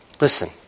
listen